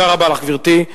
תודה רבה לך, גברתי.